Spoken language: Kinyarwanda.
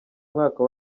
mwaka